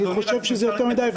אני חושב שזה יותר מדי,